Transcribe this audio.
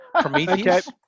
Prometheus